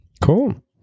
cool